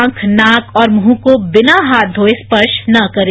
आंख नाक और मुंह को बिना हाथ धोये स्पर्श न करें